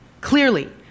Clearly